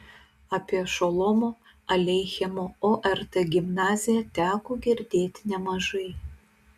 apie šolomo aleichemo ort gimnaziją teko girdėti nemažai